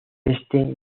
este